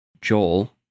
Joel